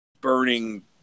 burning